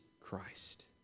Christ